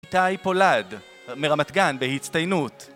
איתי פולד, מרמת-גן בהצטיינות